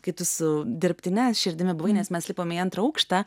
kai tu su dirbtine širdimi buvai nes mes lipome į antrą aukštą